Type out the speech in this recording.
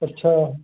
अच्छा